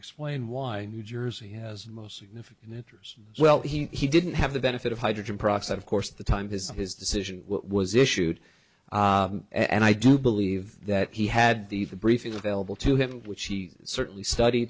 explain why new jersey has the most significant interest well he didn't have the benefit of hydrogen peroxide of course at the time his his decision was issued and i do believe that he had the briefings available to him which he certainly stud